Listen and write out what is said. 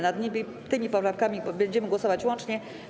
Nad tymi poprawkami będziemy głosować łącznie.